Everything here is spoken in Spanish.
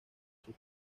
sus